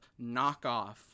knockoff